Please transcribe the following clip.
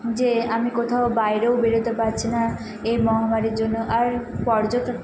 যে আমি কোথাও বাইরেও বেরোতে পাচ্ছি না এই মহামারীর জন্য আর পর্যটন